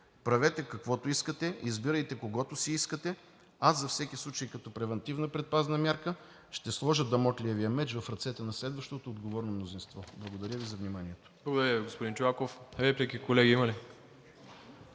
Правете каквото искате, избирайте когото си искате, аз за всеки случай като превантивна предпазна мярка ще сложа дамоклевия меч в ръцете на следващото отговорно мнозинство. Благодаря Ви за вниманието. ПРЕДСЕДАТЕЛ МИРОСЛАВ ИВАНОВ: Благодаря Ви, господин Чолаков. Реплики, колеги, има ли?